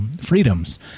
freedoms